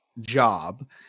job